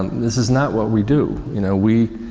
this is not what we do. you know, we,